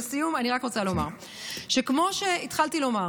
לסיום אני רק רוצה לומר שכמו שהתחלתי לומר